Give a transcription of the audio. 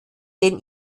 den